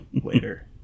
later